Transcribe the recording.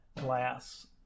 glass